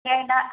ಇಲ್ಲ ಇಲ್ಲ